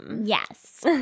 Yes